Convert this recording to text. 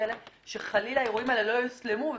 אז למה סתם להתווכח איתי על משהו שהוא באמת כדי לא להכניס אנשים שלא